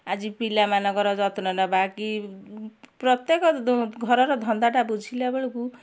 ଆଜି ପିଲାମାନଙ୍କର ଯତ୍ନ ନେବା କି ପ୍ରତ୍ୟେକ ଘରର ଧନ୍ଦାଟା ବୁଝିଲା ବେଳକୁ